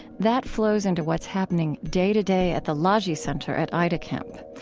that flows into what's happening day to day at the lajee center at aida camp.